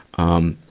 um,